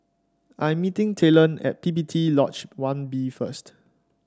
I am meeting Talon at P P T Lodge One B first